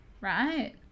Right